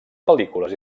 pel·lícules